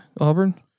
Auburn